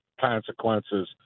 consequences